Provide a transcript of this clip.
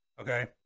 Okay